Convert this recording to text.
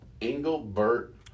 Engelbert